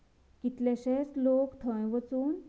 कितलेंशेंच लोक थंय वचून